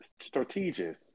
strategic